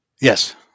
Yes